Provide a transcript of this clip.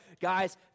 guys